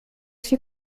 się